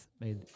made